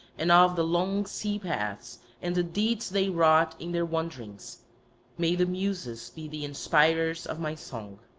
and of the long sea-paths and the deeds they wrought in their wanderings may the muses be the inspirers of my song!